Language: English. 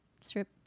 Strip